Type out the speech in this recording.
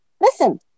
Listen